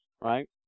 Right